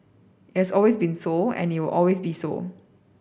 it has always been so and it will always be so